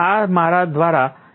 આ મારા દ્વારા એ